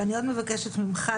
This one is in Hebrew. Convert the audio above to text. ואני עוד מבקשת ממך,